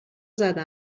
زده